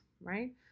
right